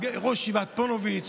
ראש ישיבת פוניבז',